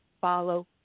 follow